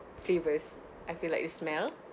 flavours I feel like you smell